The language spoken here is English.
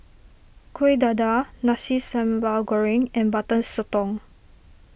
Kueh Dadar Nasi Sambal Goreng and Butter Sotong